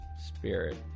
spirit